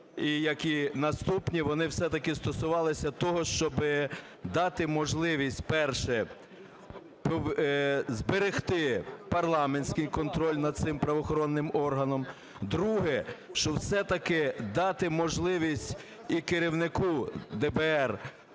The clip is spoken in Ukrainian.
як і наступні, вони все-таки стосувалися того, щоби дати можливість, перше, зберегти парламентський контроль над цим правоохоронним органом. Друге – щоб все-таки дати можливість і керівнику ДБР